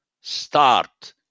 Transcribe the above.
start